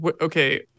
Okay